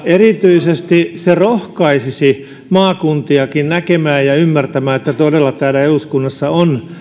erityisesti se rohkaisisi maakuntiakin näkemään ja ymmärtämään että todella täällä eduskunnassa on